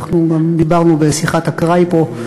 ואנחנו גם דיברנו בשיחת אקראי פה,